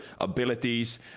abilities